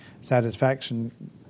Satisfaction